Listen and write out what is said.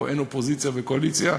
פה אין אופוזיציה וקואליציה,